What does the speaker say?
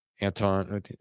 anton